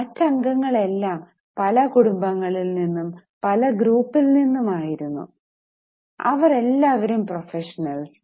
മറ്റു അംഗങ്ങൾ എല്ലാം പല കുടുംബങ്ങളിൽ നിന്നും പല ഗ്രൂപ്പിൽ നിന്നും ആയിരുന്നു അവർ എല്ലാവരും പ്രൊഫെഷണൽസ്